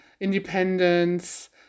independence